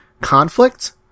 conflict